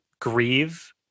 grieve